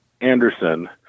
Anderson